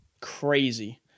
crazy